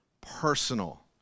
personal